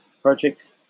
Projects